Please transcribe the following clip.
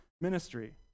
ministry